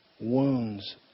wounds